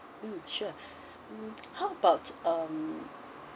mm sure mm how about um